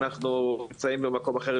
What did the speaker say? אנחנו נמצאים במקום אחר,